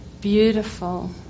beautiful